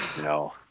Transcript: no